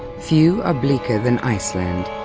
few are bleaker than iceland,